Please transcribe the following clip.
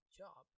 job